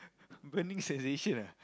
burning sensation ah